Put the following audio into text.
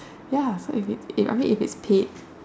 ya I mean if it's paid